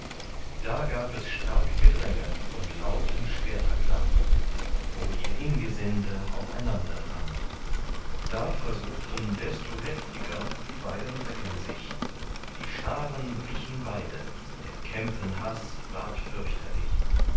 da gab es stark gedränge und lauten schwerterklang wo ihr ingesinde aufeinander drang da versuchten desto heftiger die beiden recken sich die scharen wichen beide der kämpen haß ward fürchterlich